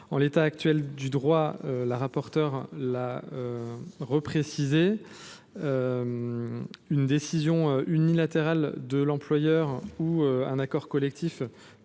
En l’état actuel du droit, Mme la rapporteure l’a dit, une décision unilatérale de l’employeur ou un accord collectif